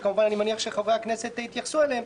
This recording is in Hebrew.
שאני מניח שחברי הכנסת יתייחסו אליהן.